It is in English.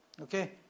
Okay